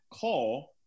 call